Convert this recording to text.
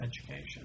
Education